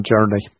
journey